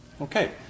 Okay